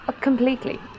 Completely